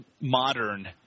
modern